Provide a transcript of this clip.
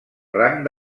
rang